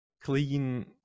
clean